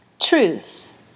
Truth